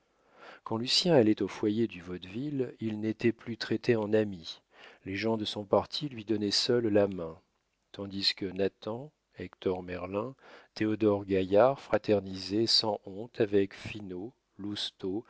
quand lucien allait au foyer du vaudeville il n'était plus traité en ami les gens de son parti lui donnaient seuls la main tandis que nathan hector merlin théodore gaillard fraternisaient sans honte avec finot